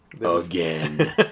Again